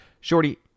Shorty